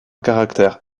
caractère